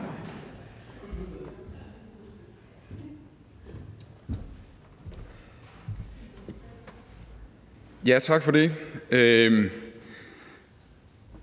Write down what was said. Mange tak for det.